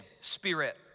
spirit